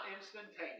instantaneous